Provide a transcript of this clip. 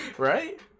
Right